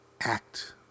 Act